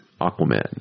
Aquaman